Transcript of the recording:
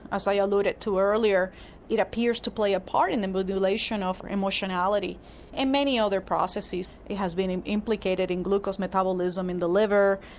as i alluded to earlier it appears to play a part in the modulation of emotionality and many other processes it has been implicated in glucose metabolism in the liver.